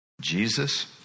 Jesus